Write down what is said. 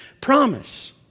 promise